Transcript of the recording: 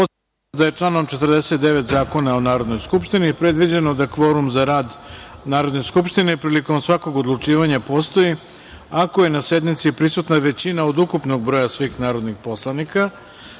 vas da je članom 49. Zakona o Narodnoj skupštini predviđeno da kvorum za rad Narodne skupštine prilikom svakog odlučivanja postoji ako je na sednici prisutna većina od ukupnog broja svih narodnih poslanika. Radi